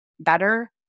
better